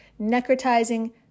Necrotizing